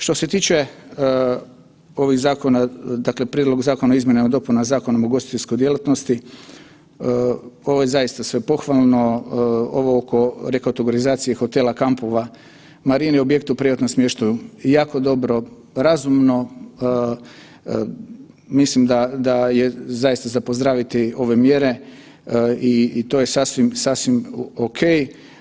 Što se tiče ovih zakona, dakle, Prijedlog zakona o izmjenama i dopunama Zakona o ugostiteljskoj djelatnosti, ovo je zaista sve pohvalno, ovo oko rekategorizacije hotela, kampova, marina i objekata u privatnom smještaju, jako dobro, razumno, mislim da je zaista za pozdraviti ove mjere i to je sasvim okej.